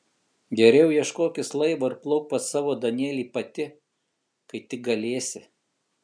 geriau ieškokis laivo ir plauk pas savo danielį pati kai tik galėsi